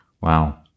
Wow